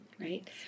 right